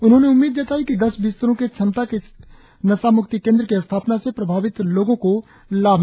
उन्होंने उम्मीद जताई की दस बिस्तरों के क्षमता के इस नशा मुक्ति केंद्र की स्थापना से प्रभावित लोओं को लाभ होगा